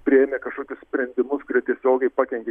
priėmė kažkokius sprendimus kurie tiesiogiai pakenkė